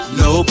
no